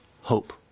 hope